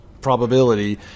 probability